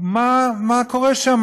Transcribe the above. מה קורה שם?